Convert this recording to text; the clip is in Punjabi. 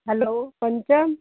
ਹੈਲੋ ਕੰਚਨ